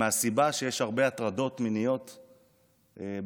מהסיבה שיש הרבה הטרדות מיניות בבסיסים.